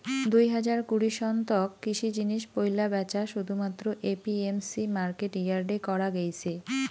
দুই হাজার কুড়ি সন তক কৃষি জিনিস পৈলা ব্যাচা শুধুমাত্র এ.পি.এম.সি মার্কেট ইয়ার্ডে করা গেইছে